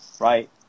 Right